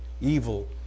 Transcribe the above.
evil